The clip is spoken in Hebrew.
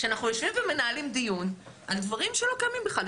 אנחנו יושבים ומנהלים דיון על דברים שלא קיימים בכלל.